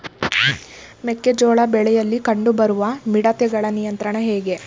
ಮೆಕ್ಕೆ ಜೋಳ ಬೆಳೆಯಲ್ಲಿ ಕಂಡು ಬರುವ ಮಿಡತೆಗಳ ನಿಯಂತ್ರಣ ಹೇಗೆ?